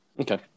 Okay